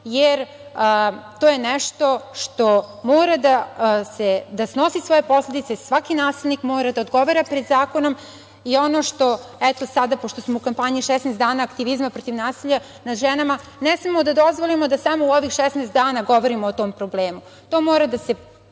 jer to je nešto što mora da snosi svoje posledice. Svaki nasilnik mora da odgovara pred zakonom. Pošto smo sada u kampanji „16 dana aktivizma protiv nasilja nad ženama“, ne smemo da dozvolimo da samo u ovih 16 dana govorimo o tom problemu. To mora da se pominje